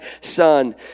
son